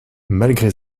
malgré